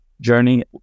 journey